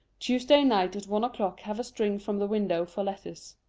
tuesday night at one o'clock have a string from the window for letters.